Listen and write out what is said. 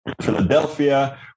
Philadelphia